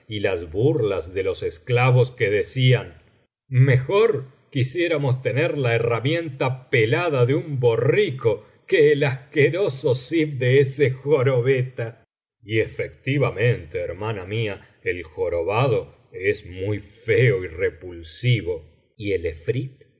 las burlas de los esclavos que decían mejor quisiéramos tener la herramienta pelada de un borrico que el asqueroso zib de ese jorobeta y efectivamente hermana mía el jorobado es muy feo y repulsivo y el efrit